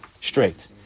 straight